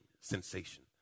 sensation